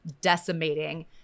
Decimating